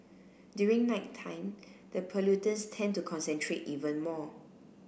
during nighttime the pollutants tend to concentrate even more